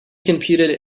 computed